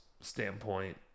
standpoint